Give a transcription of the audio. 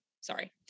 sorry